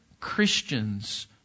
Christians